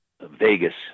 Vegas